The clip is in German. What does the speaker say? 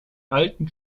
alten